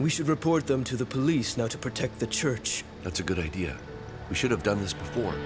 we should report them to the police know to protect the church that's a good idea we should have done this before